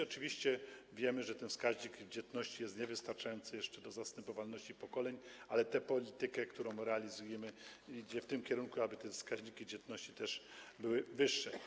Oczywiście wiemy, że ten wskaźnik dzietności jest niewystarczający jeszcze do osiągnięcia zastępowalności pokoleń, ale ta polityka, którą realizujemy, idzie w tym kierunku, aby te wskaźniki dzietności też były wyższe.